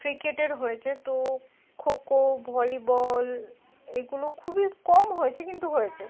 ক্রিকেটের হয়েছে তো খো খো ভলিবল এগুলো খুবই কম হয়েছে কিন্তু হয়েছে